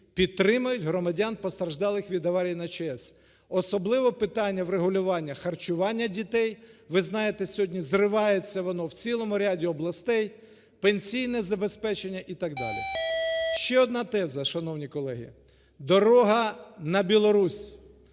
підтримають громадян, постраждалих від аварії на ЧАЕС, особливо питання врегулювання харчування дітей (ви знаєте, сьогодні зривається воно в цілому ряді областей), пенсійне забезпечення і так далі. Ще одна теза, шановні колеги. Дорога на Білорусь.